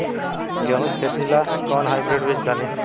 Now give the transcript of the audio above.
गेहूं के खेती ला कोवन हाइब्रिड बीज डाली?